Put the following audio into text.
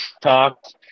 talks